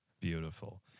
Beautiful